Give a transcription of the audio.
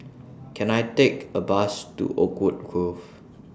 Can I Take A Bus to Oakwood Grove